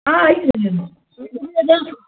ಹಾಂ ಆಯ್ತು